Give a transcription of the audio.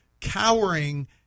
cowering